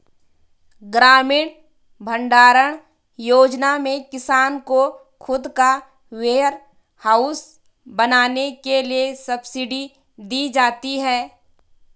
ग्रामीण भण्डारण योजना में किसान को खुद का वेयरहाउस बनाने के लिए सब्सिडी दी जाती है